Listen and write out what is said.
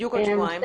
בדיוק עוד שבועיים.